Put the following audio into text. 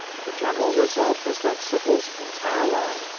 the general result was that sickles' entire line,